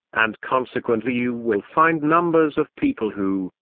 and consequently you will find numbers of people who,